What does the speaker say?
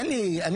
אין לי כבלים,